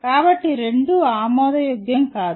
కాబట్టి రెండూ ఆమోదయోగ్యం కాదు